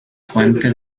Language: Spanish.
fuente